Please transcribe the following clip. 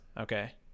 Okay